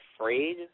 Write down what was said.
afraid